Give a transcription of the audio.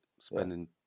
spending